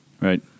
Right